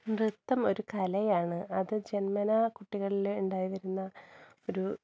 നൃത്തം ഒരു കലയാണ് അത് ജന്മനാ കുട്ടികളില് ഉണ്ടായിവരുന്ന ഒരു